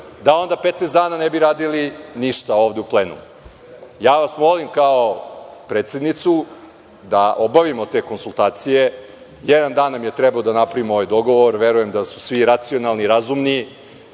da onda 15 dana ne bi radili ništa ovde u plenumu. Ja vas molim kao predsednicu da obavimo te konsultacije. Jedan dan nam je trebao da napravimo ovaj dogovor. Verujem da su svi racionalni i razumni,